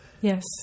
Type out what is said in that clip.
Yes